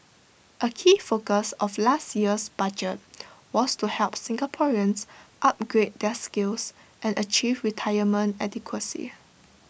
A key focus of last year's budget was to help Singaporeans upgrade their skills and achieve retirement adequacy